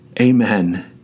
amen